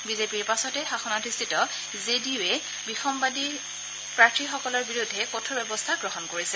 বিজেপিৰ পাছতে শাসনাধিঠ জে ডি ইউ য়ে বিসন্নাদী প্ৰাৰ্থীসকলৰ বিৰুদ্ধে কঠোৰ ব্যৱস্থা গ্ৰহণ কৰিছে